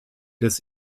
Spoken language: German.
des